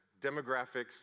demographics